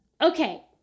Okay